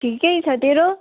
ठिकै छ तेरो